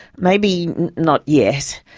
maybe not yet.